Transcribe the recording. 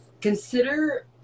consider